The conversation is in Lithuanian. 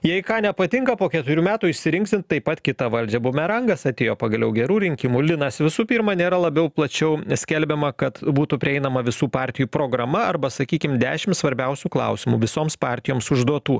jei ką nepatinka po keturių metų išsirinksim taip pat kitą valdžią bumerangas atėjo pagaliau gerų rinkimų linas visų pirma nėra labiau plačiau skelbiama kad būtų prieinama visų partijų programa arba sakykim dešim svarbiausių klausimų visoms partijoms užduotų